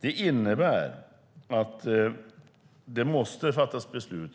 Det innebär att det ganska snart måste fattas beslut